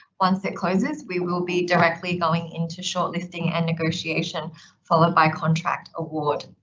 once it closes, we will be directly going into shortlisting and negotiation followed by contract award.